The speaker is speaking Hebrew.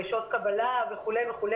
ושעות קבלה וכו' וכו',